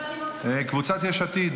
קבוצת יש עתיד.